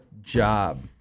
job